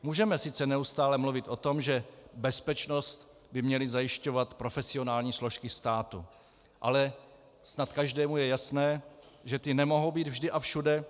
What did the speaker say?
Můžeme sice neustále mluvit o tom, že bezpečnost by měly zajišťovat profesionální složky státu, ale snad každému je jasné, že ty nemohou být vždy a všude.